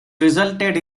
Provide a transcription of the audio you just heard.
resulted